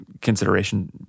consideration